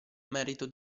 merito